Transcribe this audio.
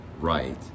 right